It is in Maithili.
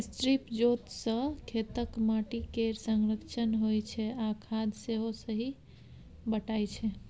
स्ट्रिप जोत सँ खेतक माटि केर संरक्षण होइ छै आ खाद सेहो सही बटाइ छै